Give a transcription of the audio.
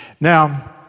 Now